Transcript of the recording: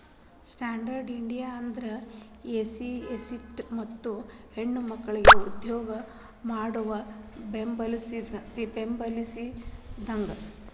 stand up India ಅಂದ್ರ SC ST ಮತ್ತ ಹೆಣ್ಮಕ್ಕಳಿಗೆ ಉದ್ಯೋಗ ಮಾಡಾಕ ಬೆಂಬಲಿಸಿದಂಗ